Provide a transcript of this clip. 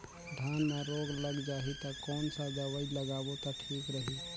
धान म रोग लग जाही ता कोन सा दवाई लगाबो ता ठीक रही?